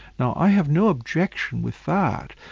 now i have no objection with that,